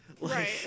Right